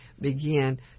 begin